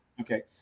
Okay